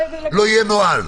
לא יהיה נוהל.